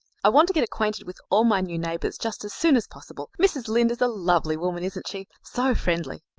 i want to get acquainted with all my new neighbors just as soon as possible. mrs. lynde is a lovely woman, isn't she? so friendly.